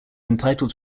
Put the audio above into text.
entitled